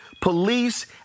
police